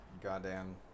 Goddamn